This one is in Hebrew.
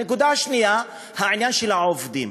הנקודה השנייה, העניין של העובדים.